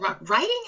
writing